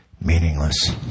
meaningless